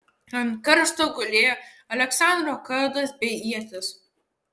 ant karsto gulėjo aleksandro kardas bei ietis